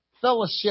fellowship